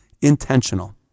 intentional